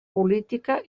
política